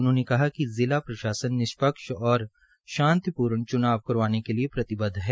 उन्होंने कहा कि जिला प्रशासन निष्पक्ष और शांतिपूर्ण च्नाव करवाने के लिए प्रतिबद्व है